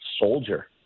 Soldier